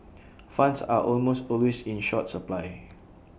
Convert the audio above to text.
funds are almost always in short supply